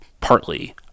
partly